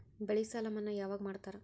ಬೆಳೆ ಸಾಲ ಮನ್ನಾ ಯಾವಾಗ್ ಮಾಡ್ತಾರಾ?